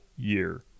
year